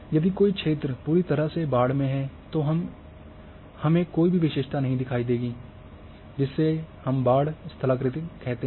यदि कोई क्षेत्र पूरी तरह से बाढ़ में है तो हमें कोई भी विशेषता नहीं दिखाई देती है जिससे हम बाढ़ स्थलाकृति कहते हैं